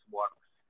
works